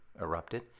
erupted